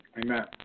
Amen